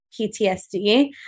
PTSD